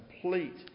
complete